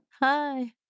Hi